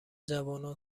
جوانان